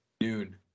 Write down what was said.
noon